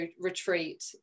retreat